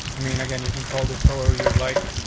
i mean, again, you can call this however you like,